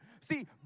See